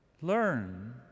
learn